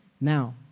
Now